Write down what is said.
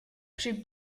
při